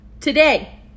Today